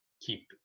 keep